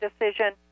decision